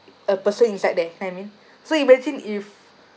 a person inside there you know what I mean so you imagine if